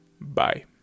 Bye